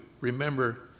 remember